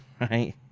right